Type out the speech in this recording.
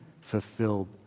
fulfilled